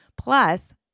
plus